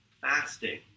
fasting